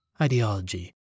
ideology